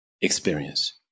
experience